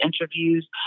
interviews